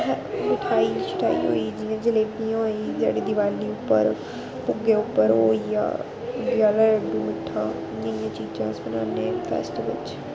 अस मिठाई छिठाई होई जियां जलेबियां होई जेह्ड़ी दिवाली उप्पर भुग्गे उप्पर ओह् होई गेआ मिट्ठा नेही नेही चीज़ां अस बनान्ने फैस्टिवल बिच्च